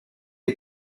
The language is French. est